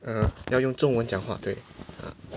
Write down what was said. uh 要用中文讲话对